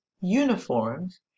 uniforms